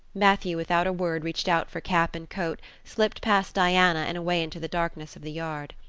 matthew, without a word, reached out for cap and coat, slipped past diana and away into the darkness of the yard.